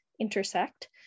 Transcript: intersect